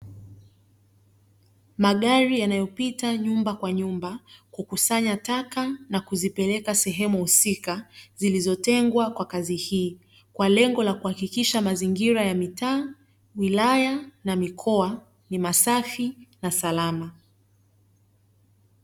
Magari yanayopita nyumba kwa nyumba kukusanya taka na kuzipeleka sehemu husika, zilizotengwa kwa kazi hii, kwa lengo la kuhakikisha mazingira ya mitaa, wilaya na mikoa, ni masafi na salama.